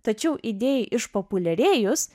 tačiau idėjai išpopuliarėjus